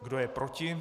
Kdo je proti?